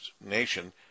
nation